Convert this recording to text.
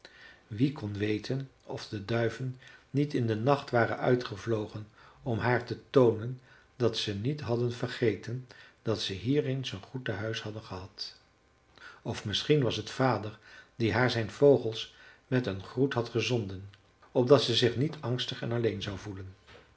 wie kon weten of de duiven niet in den nacht waren uitgevlogen om haar te toonen dat ze niet hadden vergeten dat ze hier eens een goed tehuis hadden gehad of misschien was het vader die haar zijn vogels met een groet had gezonden opdat ze zich niet angstig en alleen zou voelen